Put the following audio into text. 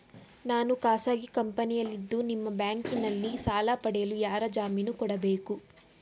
ನಾನು ಖಾಸಗಿ ಕಂಪನಿಯಲ್ಲಿದ್ದು ನಿಮ್ಮ ಬ್ಯಾಂಕಿನಲ್ಲಿ ಸಾಲ ಪಡೆಯಲು ಯಾರ ಜಾಮೀನು ಕೊಡಬೇಕು?